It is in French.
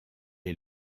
est